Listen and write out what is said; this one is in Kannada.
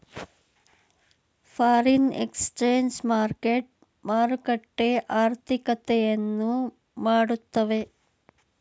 ಫಾರಿನ್ ಎಕ್ಸ್ಚೇಂಜ್ ಮಾರ್ಕೆಟ್ ಮಾರುಕಟ್ಟೆ ಆರ್ಥಿಕತೆಯನ್ನು ಮಾಡುತ್ತವೆ